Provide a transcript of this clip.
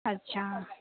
अच्छा